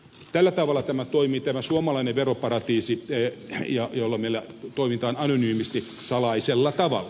tällä tavalla toimii tämä suomalainen veroparatiisi meillä toimitaan anonyymisti salaisella tavalla